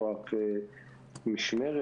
או שום משמרת,